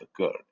occurred